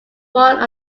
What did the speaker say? one